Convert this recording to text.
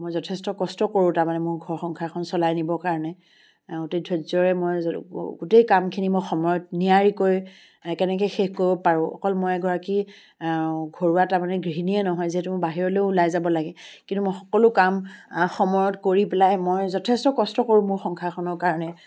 মই যথেষ্ট কষ্ট কৰোঁ তাৰমানে মোৰ ঘৰ সংসাৰখন চলাই নিবৰ কাৰণে অতি ধৰ্য্যৰে মই গোটেই কামখিনি মই সময়ত নিয়াৰিকৈ কেনেকৈ শেষ কৰিব পাৰোঁ অকল মই এগৰাকী ঘৰুৱা তাৰমানে গৃহিনীয়ে নহয় যিহেতু মই বাহিৰলৈও ওলাই যাব লাগে কিন্তু মই সকলো কাম সময়ত কৰি পেলাই মই যথেষ্ট কষ্ট কৰোঁ মোৰ সংসাৰখনৰ কাৰণে